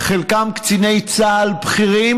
חלקם קציני צה"ל בכירים,